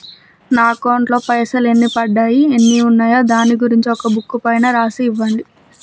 నా అకౌంట్ లో పైసలు ఎన్ని పడ్డాయి ఎన్ని ఉన్నాయో దాని గురించి ఒక బుక్కు పైన రాసి ఇవ్వండి?